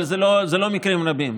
אבל זה לא מקרים רבים.